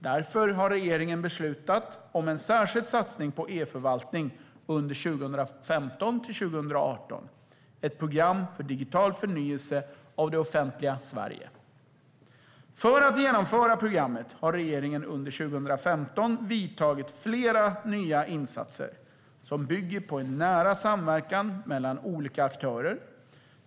Därför har regeringen beslutat om en särskild satsning på eförvaltning under 2015-2018 - ett program för digital förnyelse av det offentliga Sverige. För att genomföra programmet har regeringen under 2015 vidtagit flera nya insatser som bygger på en nära samverkan mellan olika aktörer.